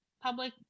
public